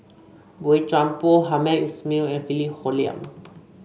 Boey Chuan Poh Hamed Ismail and Philip Hoalim